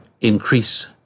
increase